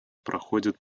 проходит